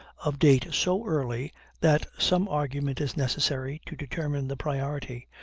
of date so early that some argument is necessary to determine the priority,